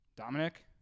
Dominic